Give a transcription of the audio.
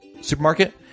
supermarket